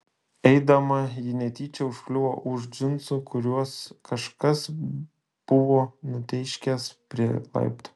eidama ji netyčia užkliuvo už džinsų kuriuos kažkas buvo nutėškęs prie laiptų